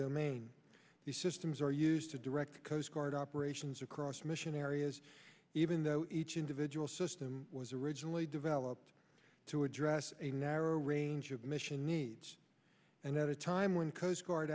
domain the systems are used to direct the coast guard operations across mission areas even though each individual system was originally developed to address a narrow range of mission needs and at a time when coast guard